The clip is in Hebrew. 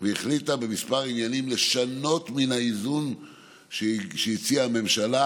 והחליטה בכמה עניינים לשנות את האיזון שהציעה הממשלה